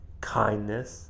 kindness